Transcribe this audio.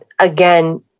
again